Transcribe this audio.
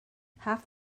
half